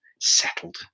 Settled